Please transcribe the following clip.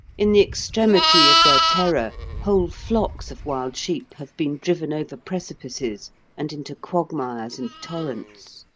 in the extremity of their terror whole flocks of wild sheep have been driven over precipices and into quagmires and torrents.